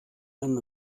einen